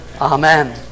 amen